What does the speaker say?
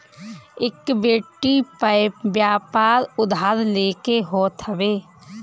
equity पअ व्यापार उधार लेके होत हवे